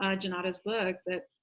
ah junauda's book, that,